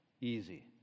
easy